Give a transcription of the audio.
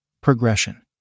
progression